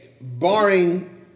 Barring